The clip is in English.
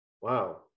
wow